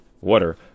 water